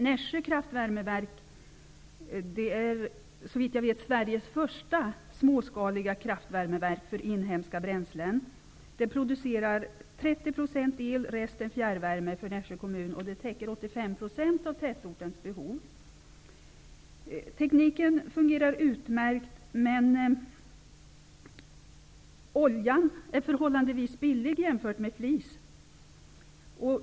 Nässjö Kraftvärmeverk är, såvitt jag vet, Sveriges första småskaliga kraftvärmeverk för inhemska bränslen. Det producerar 30 % el, resten fjärrvärme, för Nässjö kommun. Det täcker 85 % av tätortens behov. Tekniken fungerar utmärkt, men oljan är förhållandevis billig jämfört med flis.